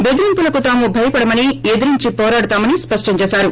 బెదిరింపులకు తాము భయపడమని ఎదిరించి పోరాడతామని ఆయన స్పష్టం చేశారు